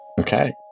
Okay